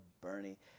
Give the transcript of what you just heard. Bernie